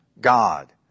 God